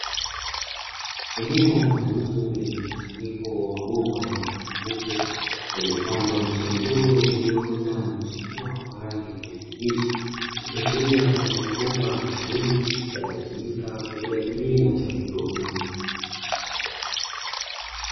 Eneo maalumu lenye mkusanyiko wa mabomba yenye rangi nyeupe, yaliyopandwa miche midogo iliyoota na kuchipua kwa rangi ya kijani kibichi, ikiashiria kuwa ni mabomba maalumu yanayotumika kwa ajili ya kilimo cha haidroponi.